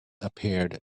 appeared